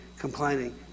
Complaining